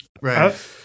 Right